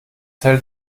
hält